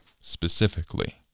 specifically